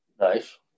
Nice